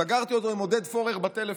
סגרתי אותו עם עודד פורר בטלפון.